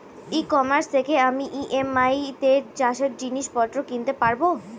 E commerce থেকে আমি EMI তে চাষে জিনিসপত্র কিনতে পারব?